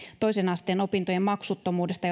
toisen asteen opintojen maksuttomuudesta